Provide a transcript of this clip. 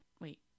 wait